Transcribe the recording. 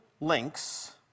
links